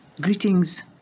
Greetings